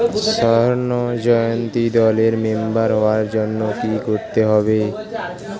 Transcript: স্বর্ণ জয়ন্তী দলের মেম্বার হওয়ার জন্য কি করতে হবে?